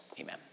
Amen